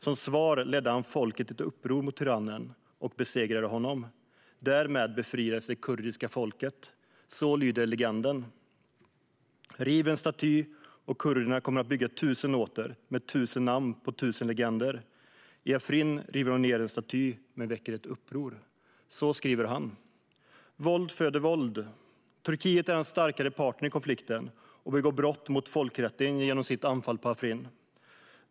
Som svar ledde han folket i ett uppror mot tyrannen och besegrade honom. Därmed befriades det kurdiska folket. Så lyder legenden. Riv en staty och kurderna kommer att bygga tusen åter, med tusen namn på tusen legender. I Afrin river de ned en staty, men väcker ett uppror. Så skriver han. Våld föder våld. Turkiet är den starkare parten i konflikten och begår brott mot folkrätten genom sitt anfall mot Afrin.